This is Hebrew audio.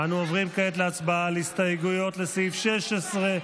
אנו עוברים להצבעה על ההסתייגויות לסעיף 16,